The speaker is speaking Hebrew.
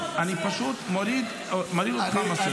אני פשוט מוריד אותך --- אז אני רוצה לענות.